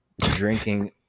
drinking